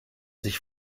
sich